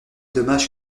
dommage